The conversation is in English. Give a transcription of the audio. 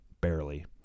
barely